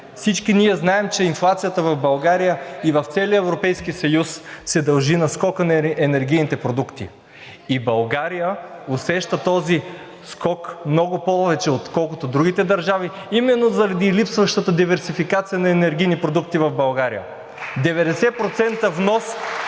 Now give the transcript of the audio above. Всички ние знаем, че инфлацията в България и в целия Европейски съюз се дължи на скока на енергийните продукти. И България усеща този скок много повече, отколкото другите държави именно заради липсващата диверсификация на енергийни продукти в България – 90% внос